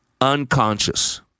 Unconscious